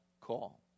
call